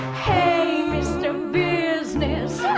hey mr. business,